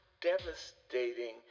devastating